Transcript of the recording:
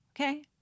okay